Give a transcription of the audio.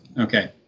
Okay